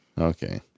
Okay